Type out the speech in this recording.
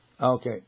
Okay